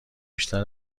بیشتر